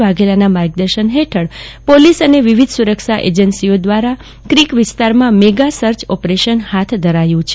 વાઘેલાના માર્ગદર્શન ફેઠળ પોલીસ અને વિવિધ સુરક્ષા એજન્સીઓ દ્રારા ક્રિક વિસ્તારમાં મેગા સર્ચ ઓપરેશન ફાથ ધરાયુ છે